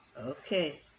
Okay